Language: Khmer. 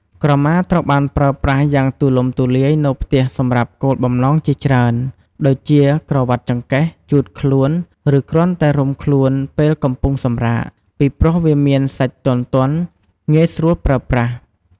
ក្រមាត្រូវបានប្រើប្រាស់យ៉ាងទូលំទូលាយនៅផ្ទះសម្រាប់គោលបំណងជាច្រើន ដូចជាក្រវាត់ចង្កេះ ជូតខ្លួន ឬគ្រាន់តែរុំខ្លួនពេលកំពុងសម្រាក ពីព្រោះវាមានសាច់ទន់ៗងាយស្រួលប្រើប្រាស់។